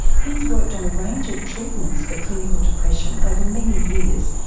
he's worked on a range of treatments for clinical depression over many years,